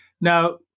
Now